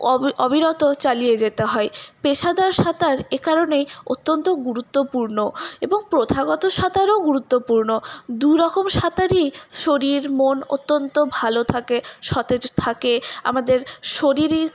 অবিরত চালিয়ে যেতে হয় পেশাদার সাঁতার এ কারণেই অত্যন্ত গুরুত্বপূর্ণ এবং প্রথাগত সাঁতারও গুরুত্বপূর্ণ দুরকম সাঁতারই শরীর মন অত্যন্ত ভালো থাকে সতেজ থাকে আমাদের শরীরিক